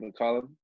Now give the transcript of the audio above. McCollum